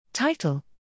Title